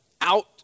out